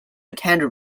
attend